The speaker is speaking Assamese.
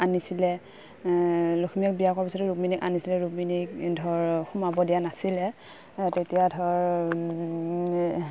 আনিছিলে লখিমী আইক বিয়া কৰিছিল ৰুক্মিণীক আনিছিলে ৰুক্মিণীক ধৰক সোমাব দিয়া নাছিলে তেতিয়া ধৰক